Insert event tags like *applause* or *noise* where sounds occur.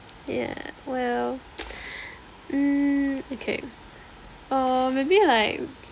yeah well *noise* mm okay err maybe like